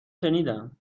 شنیدم